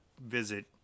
visit